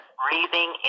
breathing